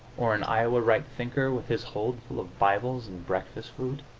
or an iowa right-thinker with his hold full of bibles and breakfast food?